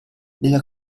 nella